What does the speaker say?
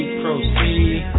proceed